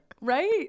Right